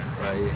Right